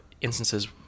instances